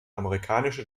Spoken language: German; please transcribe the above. amerikanische